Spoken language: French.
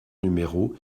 numéro